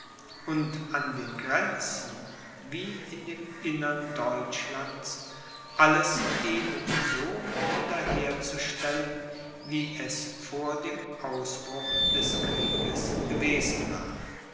und an den grenzen wie in dem innern deutschlands alles eben so wieder herzustellen wie es vor dem ausbruch des krieges gewesen war